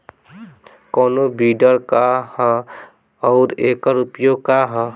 कोनो विडर का ह अउर एकर उपयोग का ह?